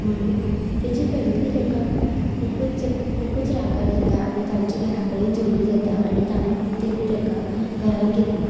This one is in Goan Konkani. म्हणून ताची फेमिली ताका खुबूच खुबूच रागार जाता आनी तांची घरा कडेन झगडी जाता आनी तामी तेमी ताका घरांत घेत ना